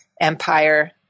empire